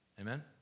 Amen